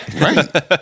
Right